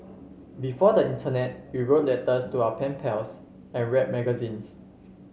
before the internet we wrote letters to our pen pals and read magazines